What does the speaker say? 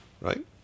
Right